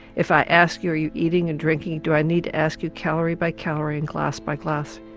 if i ask you are you eating and drinking, do i need to ask you calorie by calorie and glass by glass?